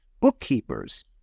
Bookkeepers